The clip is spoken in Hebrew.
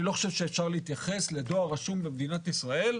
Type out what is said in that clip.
אני לא חושב שאפשר להתייחס לדואר רשום במדינת ישראל,